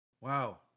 Wow